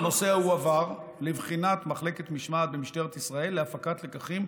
הנושא הועבר לבחינת מחלקת משמעת במשטרת ישראל להפקת לקחים,